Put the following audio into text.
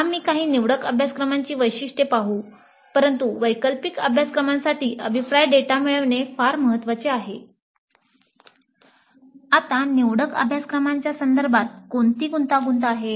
आता निवडक अभ्यासक्रमांच्या संदर्भात कोणती गुंतागुंत आहे